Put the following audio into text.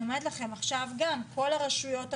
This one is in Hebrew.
עכשיו גם, כל הרשויות הכתומות,